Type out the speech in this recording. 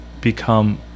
become